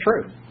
true